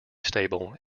stable